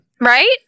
Right